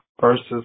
Versus